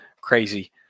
Crazy